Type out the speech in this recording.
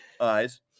Eyes